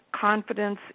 Confidence